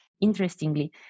Interestingly